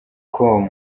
com